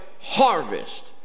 harvest